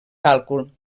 càlcul